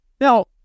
Now